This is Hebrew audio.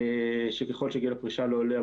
ואם גיל הפרישה לא עולה,